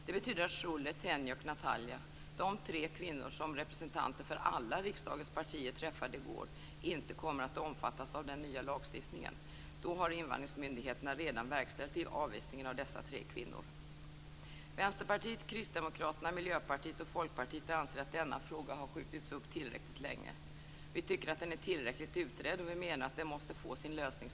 Det betyder att Sholeh, Tenya och Natalja - alltså de tre kvinnor som representanter för alla riksdagens partier träffade i går - inte kommer att omfattas av den nya lagstiftningen. Då har invandringsmyndigheterna redan verkställt avvisningarna av dessa tre kvinnor. Vänsterpartiet, Kristdemokraterna, Miljöpartiet och Folkpartiet anser att denna fråga har skjutits upp tillräckligt länge. Vi tycker att den är tillräckligt utredd och menar att den snarast måste få sin lösning.